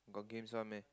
got games one meh